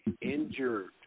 injured